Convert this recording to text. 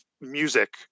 Music